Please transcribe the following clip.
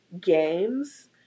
games